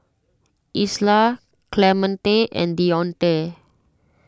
Isla Clemente and Dionte